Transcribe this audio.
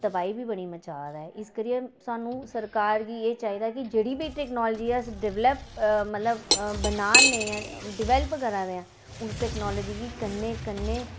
तबाही बी बड़ी मचा दा ऐ इस करियै सानूं सरकार गी एह् चाहिदा कि जेह्ड़ी बी टेक्नोलॉजी अस डेवलप मतलब बना ने डेवलप करा दे आं उस टेक्नोलॉजी गी कन्नै कन्नै